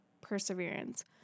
perseverance